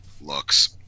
looks